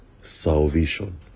salvation